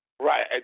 Right